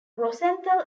rosenthal